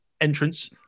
entrance